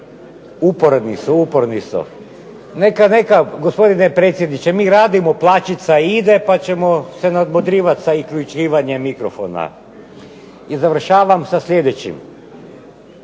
Stranka rada)** Neka, neka gospodine predsjedniče, mi radimo, plaćica ide pa ćemo se nadmudrivati sa isključivanjem mikrofona. I završavam sa sljedećim,